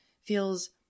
feels